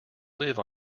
live